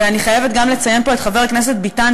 ואני חייבת גם לציין פה את חבר הכנסת ביטן,